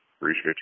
appreciate